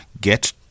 get